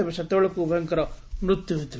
ତେବେ ସେତେବେଳକୁ ଉଭୟଙ୍କର ମୃତ୍ୟୁ ଘଟିସାରିଥିଲା